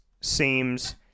seems